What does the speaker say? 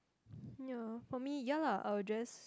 ya for me ya lah I'll address